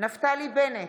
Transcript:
נפתלי בנט,